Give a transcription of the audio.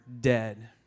dead